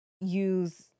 use